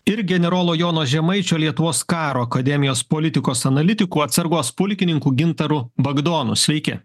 ir generolo jono žemaičio lietuvos karo akademijos politikos analitiku atsargos pulkininku gintaru bagdonu sveiki